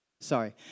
sorry